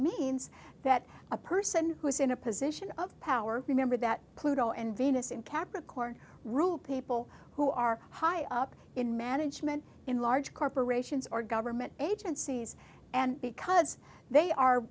means that a person who is in a position of power remember that pluto and venus in capricorn rule people who are high up in management in large corporations or government agencies and because they are